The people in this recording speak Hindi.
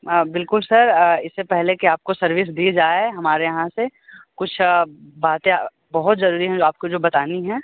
बिलकुल सर इससे पहले कि आपको सर्विस दी जाए हमारे यहाँ से कुछ बातें बहुत ज़रूरी है जो आपको जो बतानी है